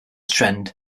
trend